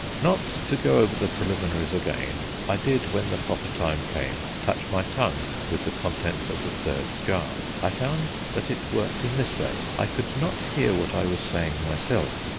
not to go over the preliminaries again, i did, when the proper time came, touch my tongue with the contents of the third jar. i found that it worked in this way i could not hear what i was saying myself,